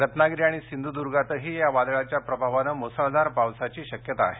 रत्नागिरी आणि सिंधुदर्गातही या वादळाच्या प्रभावानं मु्सळधार पावसाची शक्यता आहे